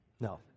No